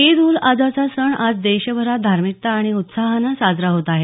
ईद उल अझाचा सण आज देशभरात धार्मिकता आणि उत्साहानं साजरा होत आहे